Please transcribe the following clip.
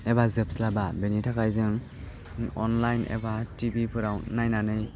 एबा जोबस्लाबा बेनि थाखाय जों अनलाइन एबा टिभिफोराव नायनानै